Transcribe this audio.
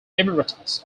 emeritus